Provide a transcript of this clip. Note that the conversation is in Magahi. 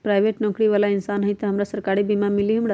पराईबेट नौकरी बाला इंसान हई त हमरा सरकारी बीमा मिली हमरा?